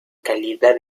calidad